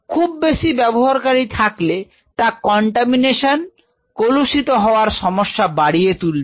খুব বেশি ব্যবহারকারী থাকলে তা কন্টামিনেশন কলুষিত করার সমস্যা বাড়িয়ে তুলবে